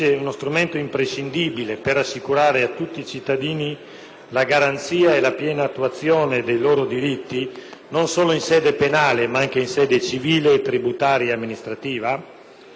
la garanzia e la piena attuazione dei loro diritti, non solo in sede penale, ma anche in sede civile, tributaria e amministrativa. La seconda è che la garanzia del diritto dei cittadini alla sicurezza